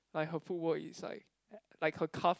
like her footwork is like like her calf